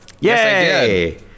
Yay